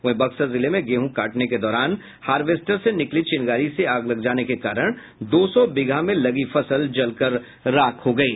वहीं बक्सर जिले में गेहूं काटने के दौरान हार्वेस्टर से निकली चिंगारी से आग लग जाने के कारण दो सौ बिगहे में लगी फसल जलकर राख हो गयी